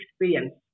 experience